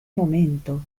momento